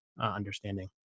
understanding